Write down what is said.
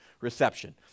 reception